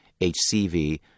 HCV